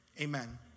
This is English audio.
Amen